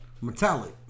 Metallic